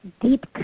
deep